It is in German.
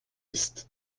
ist